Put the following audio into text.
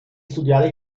studiare